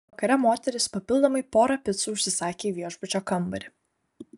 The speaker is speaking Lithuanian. vakare moteris papildomai porą picų užsisakė į viešbučio kambarį